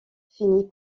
finit